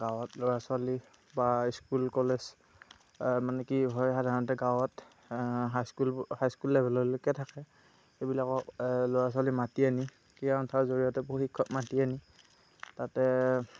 গাঁৱত ল'ৰা ছোৱালীক বা স্কুল কলেজ মানে কি হয় সাধাৰণতে গাঁৱত হাইস্কুল হাইস্কুল লেভেললৈকে থাকে সেইবিলাকত ল'ৰা ছোৱালী মাতি আনি সেই সন্থাৰ জড়িয়তে প্ৰশিক্ষক মাতি আনি তাতে